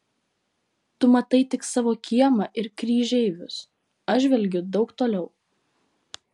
tu matai tik savo kiemą ir kryžeivius aš žvelgiu daug toliau